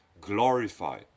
glorify